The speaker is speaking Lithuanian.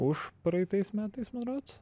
užpraeitais metais man rods